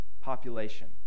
population